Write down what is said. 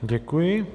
Děkuji.